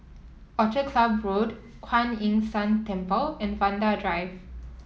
Orchid Club Road Kuan Yin San Temple and Vanda Drive